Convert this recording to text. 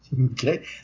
Okay